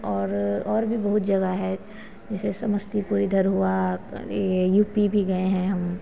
और और भी बहुत जगह है जैसे समस्तीपुर इधर हुआ यह यू पी भी गए हैं हम